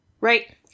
right